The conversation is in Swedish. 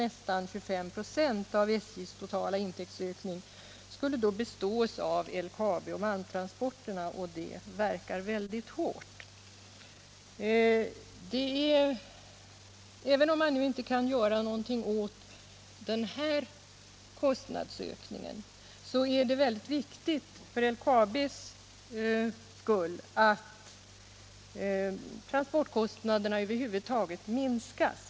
Nästan 25 96 av SJ:s totala intäktsökning skulle alltså bestås av LKAB och malmtransporterna. Det verkar väldigt hårt. Även om man inte kan göra någonting åt den här kostnadsökningen är det väldigt viktigt för LKAB:s skull att transportkostnaderna över huvud taget minskas.